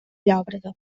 llòbrega